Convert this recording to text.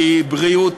כי בריאות